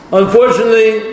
unfortunately